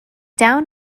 down